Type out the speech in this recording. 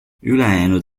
ülejäänud